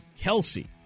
Kelsey